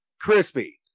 crispy